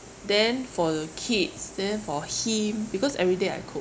then for the kids then for him because everyday I cook